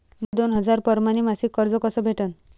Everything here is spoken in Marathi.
मले दोन हजार परमाने मासिक कर्ज कस भेटन?